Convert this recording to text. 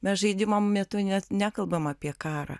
mes žaidimo metu net nekalbam apie karą